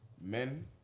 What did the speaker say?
Men